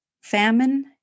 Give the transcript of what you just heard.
famine